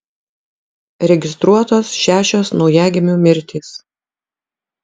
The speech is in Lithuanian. registruotos šešios naujagimių mirtys